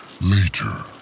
later